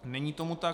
Není tomu tak.